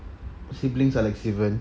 siblings are like children